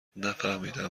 نفهمیدم